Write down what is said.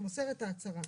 שמוסר את ההצהרה.